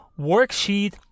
Worksheet